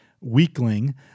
weakling